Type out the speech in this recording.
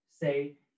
say